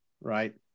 right